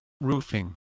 roofing